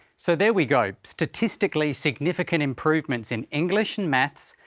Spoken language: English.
so there we go. statistically significant improvements in english and maths,